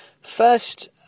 First